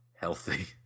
healthy